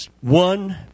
one